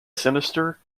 sinister